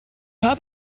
have